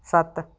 ਸੱਤ